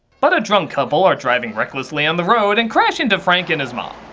but a drunk couple are driving recklessly on the road and crash into frank and his mom.